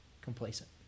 complacent